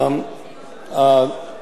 שהצעת חוק דומה,